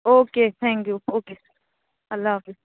okay thank you okay اللہ حافظ